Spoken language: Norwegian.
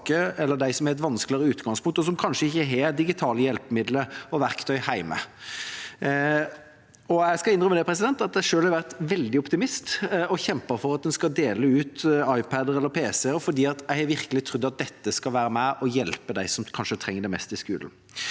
eller dem som har et vanskelig utgangspunkt, og som kanskje ikke har digitale hjelpemidler og verktøy hjemme. Jeg skal innrømme at jeg selv har vært veldig optimist og kjempet for at en skal dele ut iPad-er eller pc-er, fordi jeg virkelig har trodd at det skal være med på å hjelpe dem som kanskje trenger det mest i skolen.